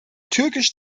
türkisch